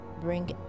bring